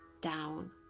down